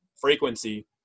frequency